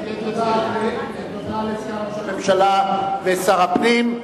תודה לסגן ראש הממשלה ושר הפנים.